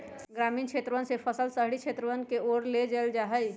ग्रामीण क्षेत्रवन से फसल शहरी क्षेत्रवन के ओर ले जाल जाहई